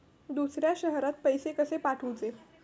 दुसऱ्या शहरात पैसे कसे पाठवूचे?